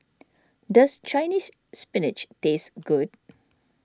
does Chinese Spinach taste good